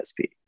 DSP